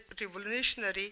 revolutionary